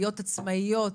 להיות עצמאיות